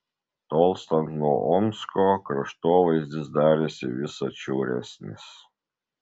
tolstant nuo omsko kraštovaizdis darėsi vis atšiauresnis